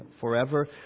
forever